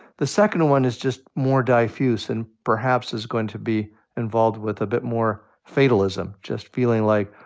the second one is just more diffuse and perhaps is going to be involved with a bit more fatalism. just feeling like,